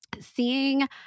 Seeing